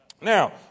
Now